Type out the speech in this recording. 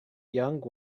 young